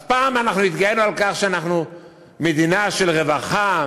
אז פעם אנחנו התגאינו על כך שאנחנו מדינה של רווחה,